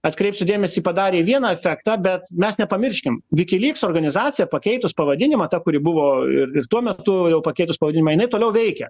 atkreipsiu dėmesį padarė vieną efektą bet mes nepamirškim wikileaks organizacija pakeitus pavadinimą ta kuri buvo ir tuo metu jau pakeitus pavadinimą jinai toliau veikia